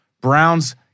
Browns